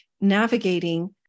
navigating